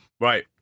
Right